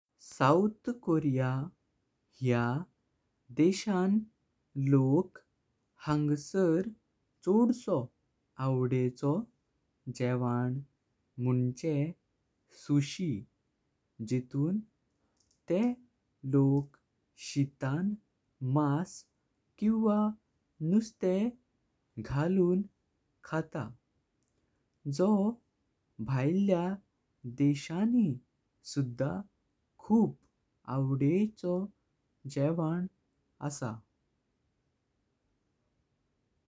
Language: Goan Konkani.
साउथ कोरिया ह्या देशां लोक हंसर चव्वाळीस आवडेंचो जेवण। मंझे सुषी जितूं तेह लोक शीतां मास किवा नुस्तेह घालून खातां जो भायल्यां देशांनी सुद्धा खूप आवडेंचो जेवण आसां।